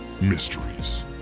Mysteries